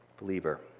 believer